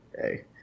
hey